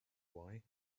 why